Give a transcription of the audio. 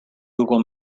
google